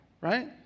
right